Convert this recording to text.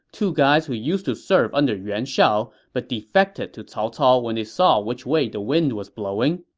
two guys who used to serve under yuan shao but defected to cao cao when they saw which way the wind was blowing.